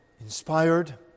inspired